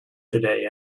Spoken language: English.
today